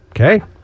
Okay